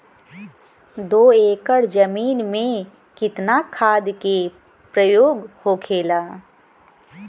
दो एकड़ जमीन में कितना खाद के प्रयोग होखेला?